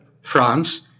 France